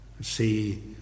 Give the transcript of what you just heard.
See